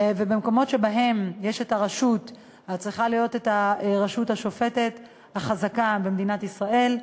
ושבמקומות שבהם יש רשות צריכה להיות רשות שופטת חזקה במדינת ישראל,